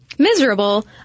Miserable